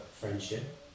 friendship